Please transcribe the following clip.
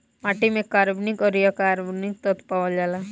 माटी में कार्बनिक अउरी अकार्बनिक तत्व पावल जाला